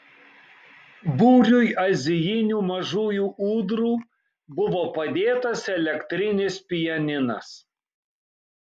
būriui azijinių mažųjų ūdrų buvo padėtas elektrinis pianinas